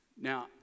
Now